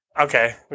Okay